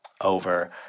over